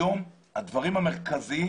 היום הדברים המרכזיים